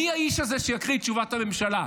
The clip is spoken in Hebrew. מי האיש הזה שיקריא את תשובת הממשלה?